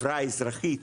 החברה האזרחית.